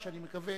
אני מקווה